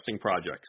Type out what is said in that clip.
projects